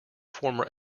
former